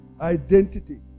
identity